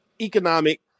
economic